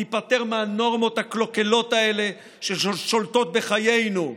להיפטר מהנורמות הקלוקלות האלה ששולטות בחיינו.